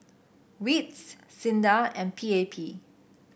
WITS SINDA and P A P